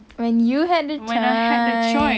when you had the time